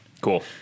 Cool